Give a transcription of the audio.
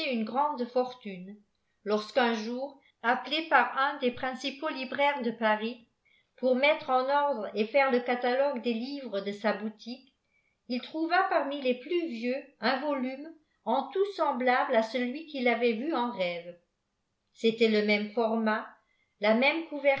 une grande fortuuq jemqu'unîour appelé par un des principaux libraires de faris pwr bledre en ordre et faire le catalogue des livres de sa boutimùii il trouva parmi ies plus vieux un volunvo en tout semi lable à celui qu'il avait vu en rêve c'était le même format k même